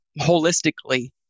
holistically